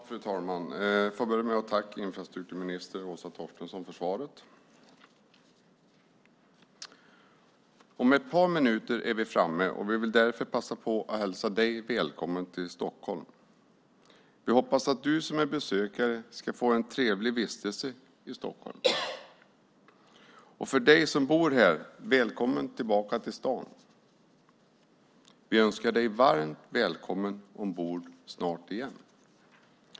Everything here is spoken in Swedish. Fru talman! Låt mig börja med att tacka infrastrukturminister Åsa Torstensson för svaret. Om ett par minuter är vi framme, och vi vill därför passa på att hälsa dig välkommen till Stockholm. Vi hoppas att du som är besökare ska få en trevlig vistelse i Stockholm. För dig som bor här - välkommen tillbaka till stan! Vi önskar dig varmt välkommen ombord snart igen.